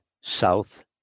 south